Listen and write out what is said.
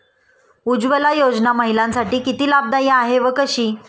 उज्ज्वला योजना महिलांसाठी किती लाभदायी आहे व कशी?